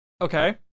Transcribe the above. Okay